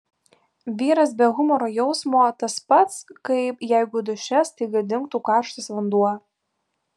vyras be humoro jausmo tas pats kaip jeigu duše staiga dingtų karštas vanduo